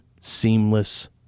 seamless